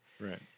Right